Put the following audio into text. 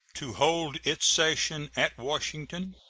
to hold its session at washington,